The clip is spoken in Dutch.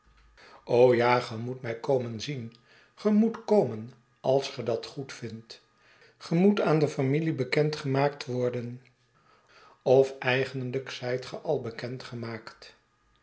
ja ge moet mij komen zien ge moet komen als ge dat goedvindt ge moet aan de familie bekend gemaakt worden of eigenlijk zijt ge al bekend gemaakt